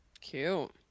Cute